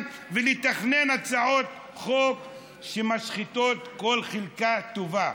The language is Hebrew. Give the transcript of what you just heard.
ולתכנן הצעות חוק שמשחיתות כל חלקה טובה.